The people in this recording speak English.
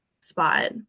spot